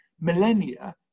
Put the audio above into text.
millennia